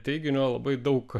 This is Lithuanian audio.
teiginio labai daug